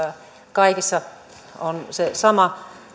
kaikissa se sama